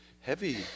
heavy